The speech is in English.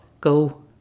Go